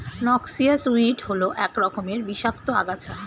noxious weed হল এক রকমের বিষাক্ত আগাছা